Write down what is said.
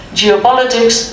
geopolitics